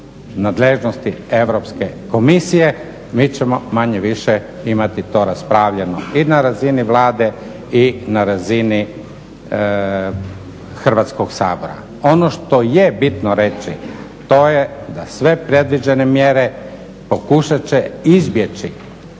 nadležnosti Europske komisije mi ćemo manje-više imati to raspravljeno i na razini Vlade i na razini Hrvatskog sabora. Ono što je bitno reći, to je da sve predviđene mjere pokušat će izbjeći